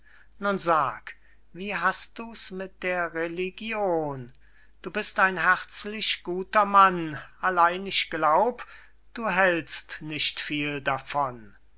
nun sag wie hast du's mit der religion du bist ein herzlich guter mann allein ich glaub du hält'st nicht viel davon